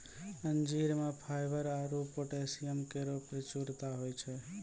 अंजीर म फाइबर आरु पोटैशियम केरो प्रचुरता होय छै